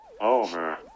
Over